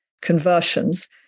Conversions